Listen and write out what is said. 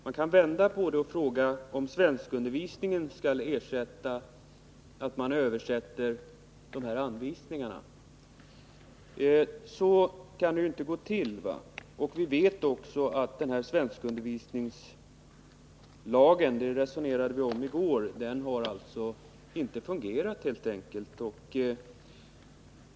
Man kan vända på detta och fråga om svenskundervisningen skall ersätta översättning av anvisningarna. Så kan det ju inte gå till. Vi vet också att svenskundervisningslagen helt enkelt inte har fungerat; det resonerade vi om i går.